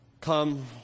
come